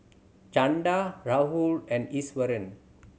Chanda Rahul and Iswaran